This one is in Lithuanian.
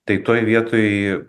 tai toj vietoj